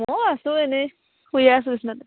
আছোঁ এনেই শুই আছোঁ বিচনাতে